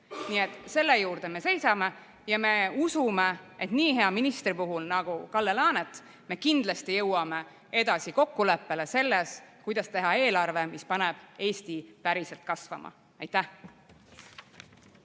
Nii et selle eest me seisame. Me usume, et nii hea ministriga nagu Kalle Laanet me kindlasti jõuame kokkuleppele selles, kuidas teha eelarve, mis paneb Eesti päriselt kasvama. Aitäh!